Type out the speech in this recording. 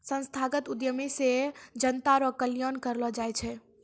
संस्थागत उद्यमी से जनता रो कल्याण करलौ जाय छै